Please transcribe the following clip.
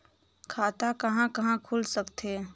खाता कहा कहा खुल सकथे?